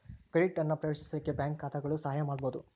credit ಅನ್ನ ಪ್ರವೇಶಿಸಲಿಕ್ಕೆ bank ಖಾತಾಗಳು ಸಹಾಯ ಮಾಡ್ಬಹುದು